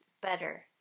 better